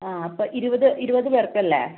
ആ അപ്പം ഇരുപത് ഇരുപത് പേർക്കല്ലേ